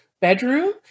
bedroom